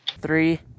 Three